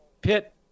Pitt